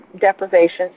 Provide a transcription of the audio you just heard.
deprivation